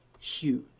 huge